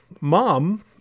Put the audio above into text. Mom